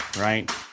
right